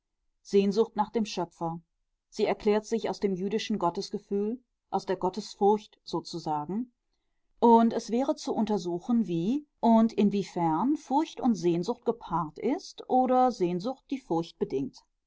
sehnsucht nach dem schöpfer sie erklärt sich aus dem jüdischen gottesgefühl aus der gottesfurcht sozusagen und es wäre zu untersuchen wie und inwiefern furcht und sehnsucht gepaart ist oder sehnsucht die furcht bedingt